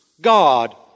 God